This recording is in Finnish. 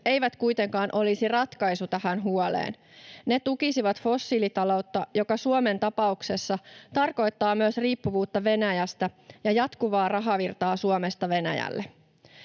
eivät kuitenkaan olisi ratkaisu tähän huoleen, vaan ne tukisivat fossiilitaloutta — joka Suomen tapauksessa tarkoittaa myös riippuvuutta Venäjästä ja jatkuvaa rahavirtaa Suomesta Venäjälle.